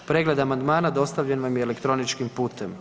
Pregled amandmana dostavljen vam je elektroničkim putem.